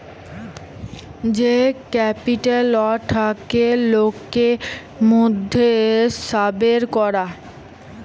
যেই ক্যাপিটালটা থাকে লোকের মধ্যে সাবের করা